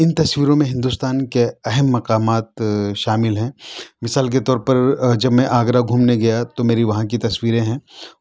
اِن تصویروں میں ہندوستان کے اہم مقامات شامل ہیں مثال کے طور پر جب میں آگرہ گھومنے گیا تو میری وہاں کی تصویریں ہیں